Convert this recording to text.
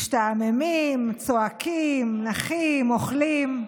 משתעממים, צועקים, נחים, אוכלים,